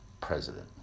president